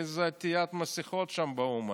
איזה עטיית מסכות יש שם, באומן?